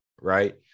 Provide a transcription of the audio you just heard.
right